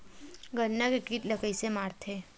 गन्ना के कीट ला कइसे मारथे?